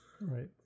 right